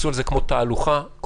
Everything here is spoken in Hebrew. אל תהלוכה.